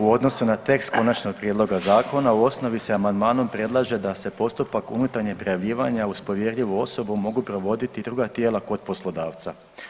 U odnosu na tekst konačnog prijedloga zakona u osnovi se amandmanom predlaže da se postupak unutarnjeg prijavljivanja uz povjerljivu osobu mogu provoditi druga tijela kod poslodavca.